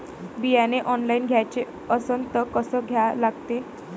बियाने ऑनलाइन घ्याचे असन त कसं घ्या लागते?